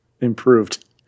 improved